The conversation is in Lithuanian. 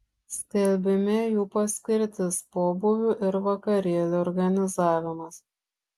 skelbime jų paskirtis pobūvių ir vakarėlių organizavimas